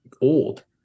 old